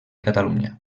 catalunya